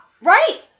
right